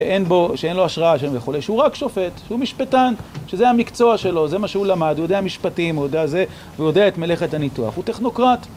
שאין בו, שאין לו השראה כן וכולי. שהוא רק שופט, הוא משפטן, שזה המקצוע שלו, זה מה שהוא למד, הוא יודע משפטים, הוא יודע זה, הוא יודע את מלאכת הניתוח, הוא טכנוקרט